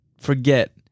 forget